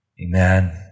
amen